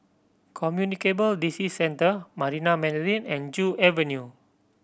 Communicable Disease Centre Marina Mandarin and Joo Avenue